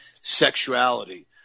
sexuality